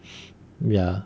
ya